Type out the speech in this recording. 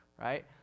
right